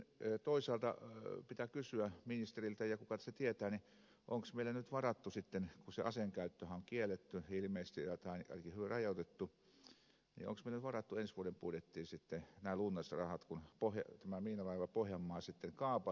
sitten toisaalta pitää kysyä ministeriltä ja kuka tässä tietää onko meille nyt varattu kun se aseen käyttöhän on kielletty ilmeisesti tai ainakin rajoitettu ensi vuoden budjettiin nämä lunnasrahat kun tämä miinalaiva pohjanmaa sitten kaapataan